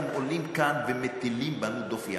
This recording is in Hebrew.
אתם עולים כאן ומטילים בנו דופי.